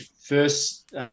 first